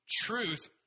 truth